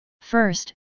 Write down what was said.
First